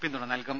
പിന്തുണ നൽകും